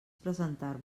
presentar